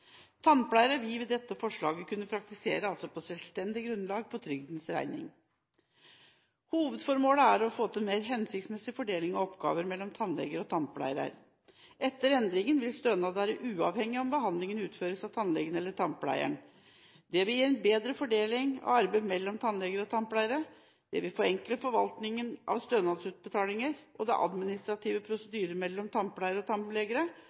Tannpleiere vil med dette forslaget kunne praktisere på selvstendig grunnlag for trygdens regning. Hovedformålet er å få til en mer hensiktsmessig fordeling av oppgaver mellom tannleger og tannpleiere. Etter endringen vil stønad være uavhengig av om behandlingen utføres av tannlegen eller av tannpleieren. Dette vil gi en bedre fordeling av arbeid mellom tannleger og tannpleiere, det vil forenkle forvaltningen av stønadsutbetalinger og administrative prosedyrer mellom tannpleiere og